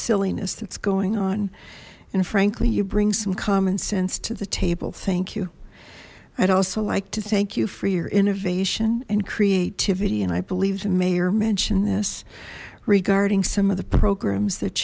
that's going on and frankly you bring some common sense to the table thank you i'd also like to thank you for your innovation and creativity and i believe the mayor mention this regarding some of the programs that